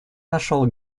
нашел